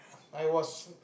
I was